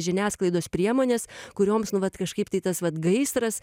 žiniasklaidos priemonės kurioms nu vat kažkaip tai tas vat gaisras